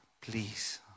please